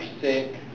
sick